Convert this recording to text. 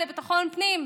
חברות וחברי הכנסת,